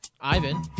ivan